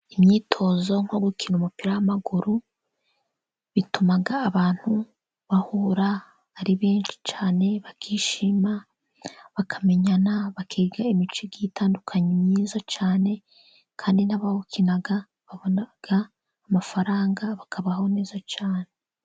Imyitozo nko gukina umupira w'amaguru, bituma abantu bahura ari benshi cyane bakishima, bakamenyana, bakiga imico igiye itandukanye myiza cyane kandi n'abawukina babona amafaranga bakabaho neza cyane.